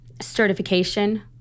certification